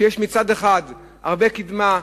שיש מצד אחד הרבה קדמה,